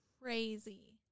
crazy